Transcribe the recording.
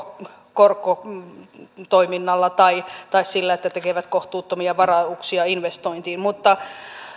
korkotoiminnalla tai tai sillä että tekevät kohtuuttomia varauksia investointiin mutta